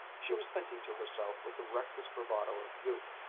she was thinking to herself with the reckless bravado of youth,